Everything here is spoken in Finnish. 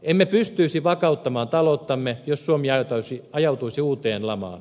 emme pystyisi vakauttamaan talouttamme jos suomi ajautuisi uuteen lamaan